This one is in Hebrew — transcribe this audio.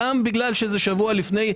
גם בגלל שזה שבוע לפני,